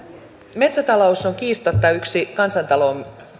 metsätalous on kiistatta yksi kansantaloutemme